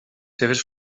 seves